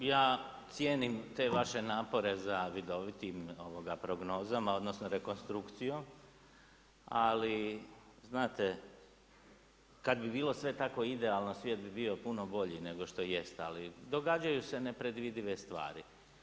Kolega Đujić, ja cijenim te vaše napore za vidovitim prognozama, odnosno rekonstrukcijom, ali znate kad bi bilo sve tako idealno svijet bi bio puno bolji nego što jest, ali događaju se nepredvidive stvari.